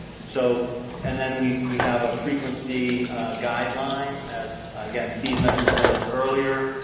and so and then we we have a frequency guideline as, again, steve mentioned some of this earlier,